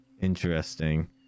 Interesting